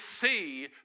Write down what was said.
see